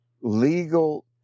legal